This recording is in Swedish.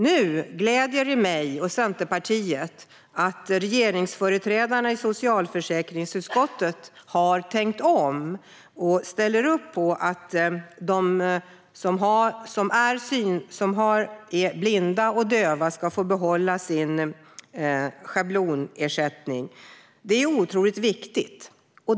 Nu gläder det mig och Centerpartiet att regeringsföreträdarna i socialförsäkringsutskottet har tänkt om och ställer upp på att de som är blinda eller döva ska få behålla sin schablonersättning. Det är otroligt viktigt.